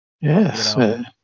Yes